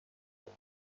گرفت